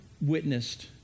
witnessed